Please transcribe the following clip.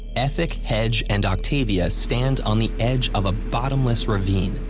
ethic, hedge, and octavia stand on the edge of a bottomless ravine.